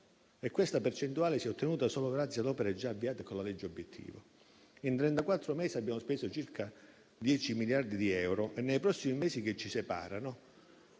e questa percentuale si è ottenuta solo grazie ad opere già avviate con la legge obiettivo. In 34 mesi abbiamo speso circa 10 miliardi di euro e nei prossimi mesi che ci separano,